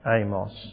Amos